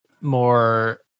more